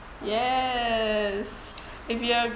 yes if you